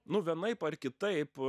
nu vienaip ar kitaip